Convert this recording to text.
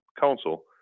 Council